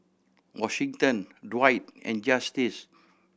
Washington Dwight and Justice